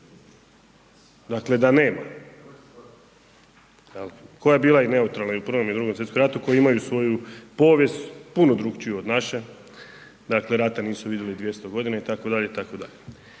dakle da nema jel koja je bila i neutralna i u Prvom i u Drugom svjetskom ratu koji imaju svoju povijest puno drukčiju od naše, dakle rata nisu vidjeli 200.g. itd., itd.